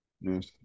yes